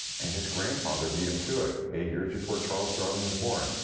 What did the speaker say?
and his grandfather beat him to it, eight years before charles darwin was born.